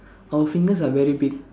our fingers are very big